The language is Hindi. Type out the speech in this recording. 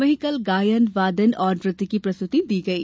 वहीं कल गायन वादन और नृत्य की प्रस्तुति दी गई